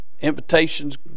invitations